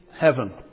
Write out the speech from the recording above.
heaven